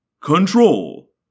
Control